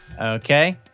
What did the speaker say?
Okay